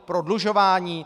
Prodlužování?